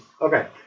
Okay